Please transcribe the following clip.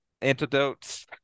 antidotes